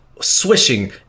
swishing